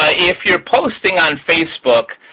if you're posting on facebook,